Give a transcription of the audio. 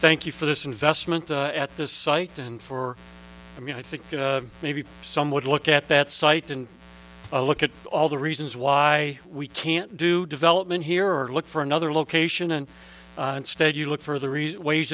thank you for this investment at this site and for me i think maybe some would look at that site and look at all the reasons why we can't do development here or look for another location and instead you look for the